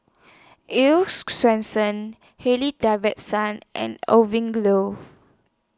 Earl's Swensens Harley Davidson and Owen Grove